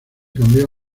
cambió